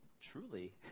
truly